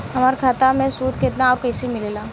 हमार खाता मे सूद केतना आउर कैसे मिलेला?